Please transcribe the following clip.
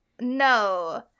No